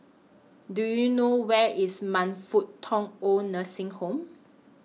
Do YOU know Where IS Man Fut Tong Oid Nursing Home